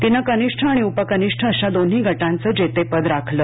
तिनं कनिष्ठ आणि उपकनिष्ठ अशा दोन्ही गटाचं जेतेपद राखलं